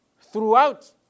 throughout